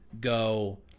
go